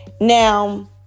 Now